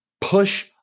push